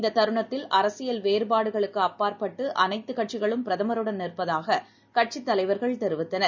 இந்ததருணத்தில் அரசியல் வேறுபாடுகளுக்குஅப்பாற்பட்டுஅனைத்துகட்சிகளும் பிரதமருடன் நிற்பதாககட்சித் தலைவர்கள் தெரிவித்தனர்